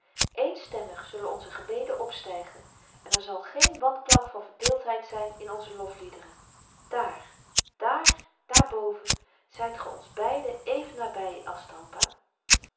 eenstemmig zullen onze gebeden opstygen en er zal geen wanklank van verdeeldheid zyn in onze lofliederen daar daar daarboven zyt ge ons beiden even naby